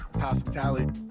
Hospitality